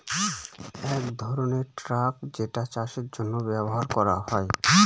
এক ধরনের ট্রাক যেটা চাষের জন্য ব্যবহার করা হয়